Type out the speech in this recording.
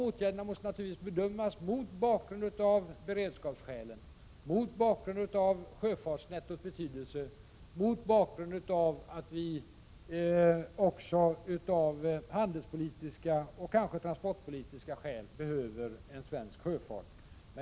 Åtgärderna måste naturligtvis bedömas mot bakgrund av att vi av beredskapsskäl, sjöfartsnettots betydelse och handelsoch kanske också transportpolitiska skäl behöver en svensk sjöfart.